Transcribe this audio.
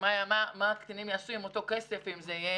מה הקטינים יעשו עם הכסף של הקצבה